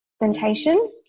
presentation